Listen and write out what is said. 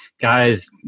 guys